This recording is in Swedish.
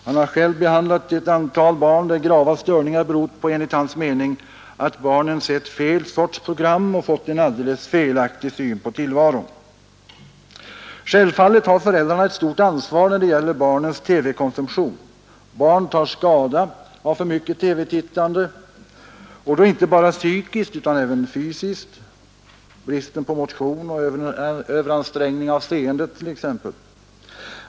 Han har själv behandlat ett antal barn, där grava störningar enligt hans mening berott på att barnen sett fel sorts program och fått en alldeles felaktig syn på tillvaron. Självfallet har föräldrarna ett stort ansvar när det gäller barnens TV-konsumtion. Barn tar skada av för mycket TV-tittande, inte bara psykiskt utan även fysiskt — bristen på motion och överansträngning av seendet t.ex.